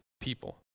people